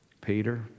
Peter